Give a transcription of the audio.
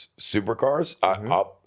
supercars